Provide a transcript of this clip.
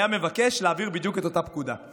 היה מבקש להעביר בדיוק את אותה פקודה,